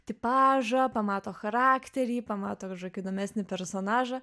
tipažą pamato charakterį pamato kažkokį įdomesnį personažą